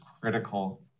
critical